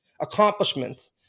accomplishments